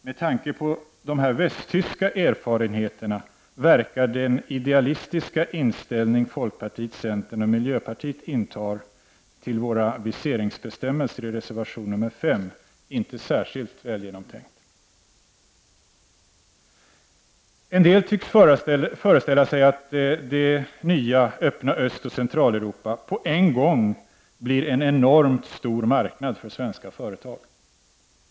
Med tanke på de västtyska erfarenheterna verkar den idealistiska inställning som folkpartiet, centern och miljöpartiet i reservation nr 5 har när det gäller våra aviseringsbestämmelser inte särskilt väl genomtänkt. En del tycks föreställa sig att det nya öppna Östoch Centraleuropa på en gång blir en enormt stor marknad för svenska företag.